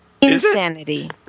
Insanity